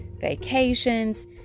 vacations